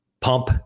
Pump